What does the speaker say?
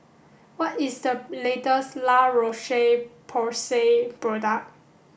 what is the latest La Roche Porsay product